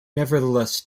nevertheless